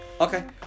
okay